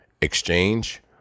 Exchange